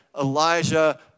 Elijah